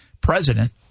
president